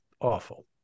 awful